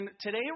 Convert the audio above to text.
today